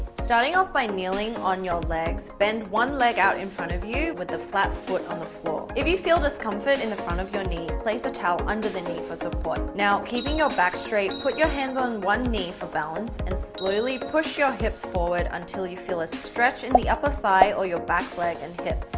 starting off by kneeling on your legs, bend one leg out in front of you with the flat foot on the floor, if you feel discomfort in the front of your knee, place a towel under the knee for support, now keeping your back straight, put your hands on one knee for balance and slowly push your hips forward until you feel a stretch in the upper thigh or your back leg and hip,